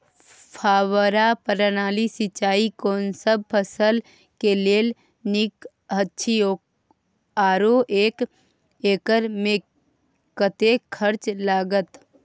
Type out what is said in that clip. फब्बारा प्रणाली सिंचाई कोनसब फसल के लेल नीक अछि आरो एक एकर मे कतेक खर्च लागत?